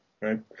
Right